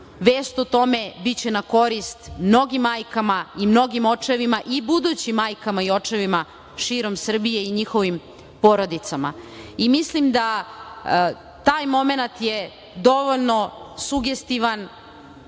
vest o tome biće na korist mnogim majkama i mnogim očevima i budućim majkama i očevima širom Srbije i njihovim porodicama. Mislim da je taj momenat dovoljno sugestivan